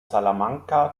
salamanca